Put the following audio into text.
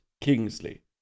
Kingsley